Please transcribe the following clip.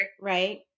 Right